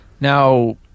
Now